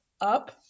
up